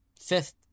fifth